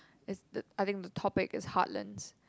is the I think the topic is heartlands